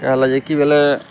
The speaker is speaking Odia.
ଏହା ହେଲା ଯେ କି ବଲେ